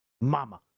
Mama